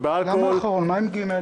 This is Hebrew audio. לא הצבענו על סעיף ג'.